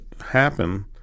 happen